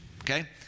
Okay